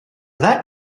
that